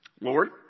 Lord